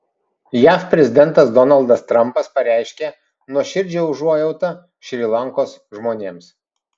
jav prezidentas donaldas trampas pareiškė nuoširdžią užuojautą šri lankos žmonėms